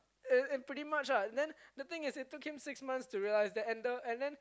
and and pretty much lah then the thing is it took him six months to realise that and the and then